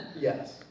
Yes